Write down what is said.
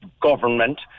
government